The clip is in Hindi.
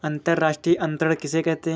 अंतर्राष्ट्रीय अंतरण किसे कहते हैं?